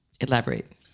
Elaborate